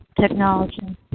technology